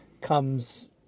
comes